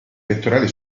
pettorali